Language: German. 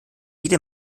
jede